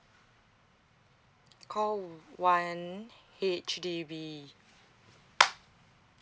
call one H_D_B